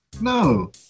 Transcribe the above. No